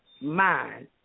mind